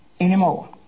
anymore